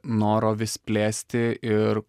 noro vis plėsti ir